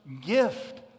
gift